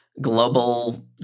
global